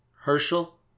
Herschel